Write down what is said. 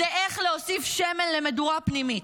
הוא איך להוסיף שמן למדורה פנימית.